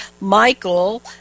Michael